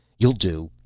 you'll do.